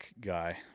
guy